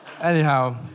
Anyhow